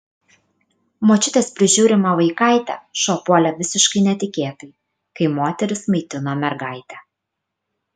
močiutės prižiūrimą vaikaitę šuo puolė visiškai netikėtai kai moteris maitino mergaitę